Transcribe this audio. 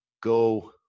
go